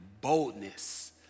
boldness